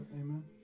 Amen